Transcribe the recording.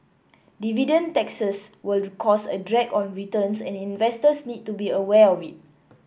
dividend taxes will cause a drag on returns and investors need to be aware of it